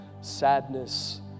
sadness